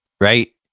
right